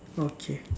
okay